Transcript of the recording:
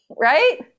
right